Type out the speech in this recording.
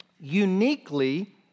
uniquely